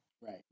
Right